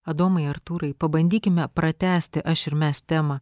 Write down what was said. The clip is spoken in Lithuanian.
adomai artūrai pabandykime pratęsti aš ir mes temą